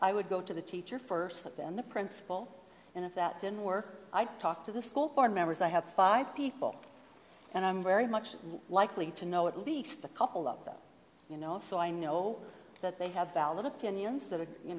i would go to the teacher first then the principal and if that didn't work i talked to the school board members i have five people and i'm very much likely to know at least a couple of them you know so i know that they have valid opinions that are you